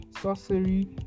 sorcery